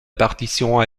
partition